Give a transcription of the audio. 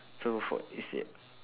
so for